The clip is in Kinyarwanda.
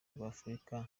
rw’afurika